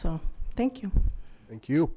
so thank you thank you